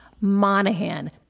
Monahan